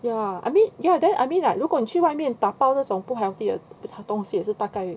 ya I mean ya then I mean like 如果你去外面打包那种不 healthy 的东西也是大概